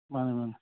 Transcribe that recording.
ꯃꯥꯟꯅꯦ ꯃꯥꯟꯅꯦ